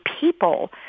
people